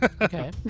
Okay